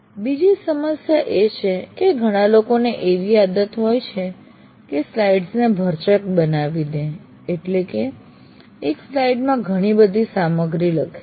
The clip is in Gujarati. બીજી સમસ્યા એ છે કે ઘણા લોકોને એવી આદત હોય છે કે સ્લાઇડ્સ ને ભરચક બનાવી દે છે એટલે કે એક સ્લાઇડમાં ઘણી બધી સામગ્રી લખે છે